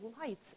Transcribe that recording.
lights